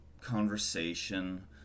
conversation